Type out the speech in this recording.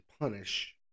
punish